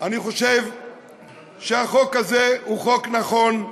אני חושב שהחוק הזה הוא חוק נכון,